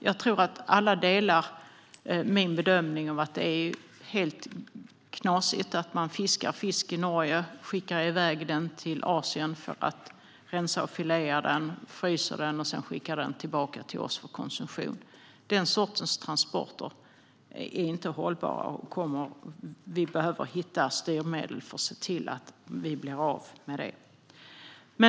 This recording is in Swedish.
Jag tror att alla delar min bedömning att det är helt knasigt att man fiskar fisk i Norge, skickar iväg den till Asien för att rensa och filea den, fryser den och sedan skickar den tillbaka till oss för konsumtion. Den sortens transporter är inte hållbara. Vi behöver hitta styrmedel för att se till att vi blir av med det.